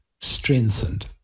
strengthened